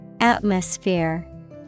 Atmosphere